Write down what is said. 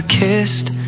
kissed